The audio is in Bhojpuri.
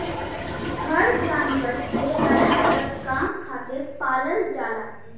हर जानवर के अलग अलग काम खातिर पालल जाला